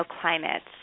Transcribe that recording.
climates